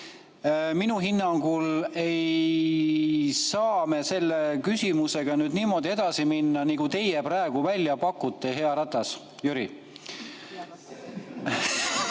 minu hinnangul ei saa me selle küsimusega niimoodi edasi minna, nagu teie praegu välja pakute, hea Ratas, Jüri.